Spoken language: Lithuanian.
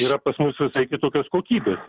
yra pas mus visai kitokios kokybės